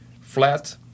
flat